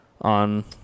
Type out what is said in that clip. on